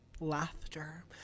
laughter